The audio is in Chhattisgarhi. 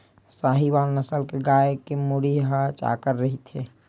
साहीवाल नसल के गाय के मुड़ी ह चाकर रहिथे